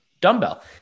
dumbbell